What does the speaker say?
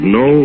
no